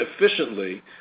efficiently